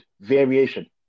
variation